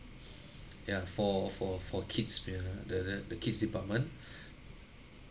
ya for for for kids ya the the the kids department